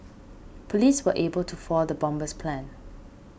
police were able to foil the bomber's plans